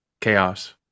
chaos